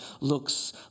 looks